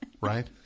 right